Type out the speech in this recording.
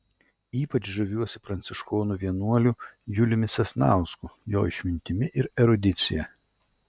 ypač žaviuosi pranciškonų vienuoliu juliumi sasnausku jo išmintimi ir erudicija